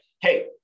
hey